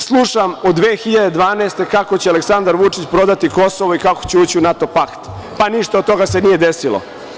Slušam od 2012. godine kako će Aleksandar Vučić prodati Kosovo i kako će ući u NATO pakt, pa ništa od toga se nije desilo.